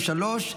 התשפ"ג 2023,